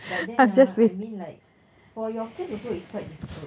but then ah I mean like for your case also it's quite difficult